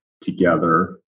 together